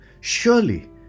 surely